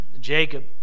Jacob